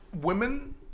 women